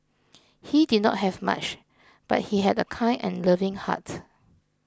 he did not have much but he had a kind and loving heart